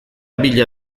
bila